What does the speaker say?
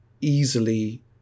easily